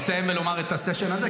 לסיים ולומר את הסשן הזה,